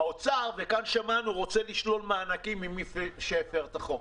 האוצר רוצה לשלול מענקים מעסקים של מי שהפר את החוק.